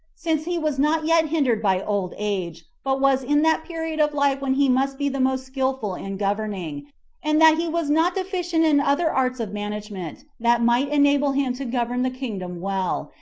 since he was not yet hindered by old age, but was in that period of life when he must be the most skillful in governing and that he was not deficient in other arts of management that might enable him to govern the kingdom well,